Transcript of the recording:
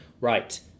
Right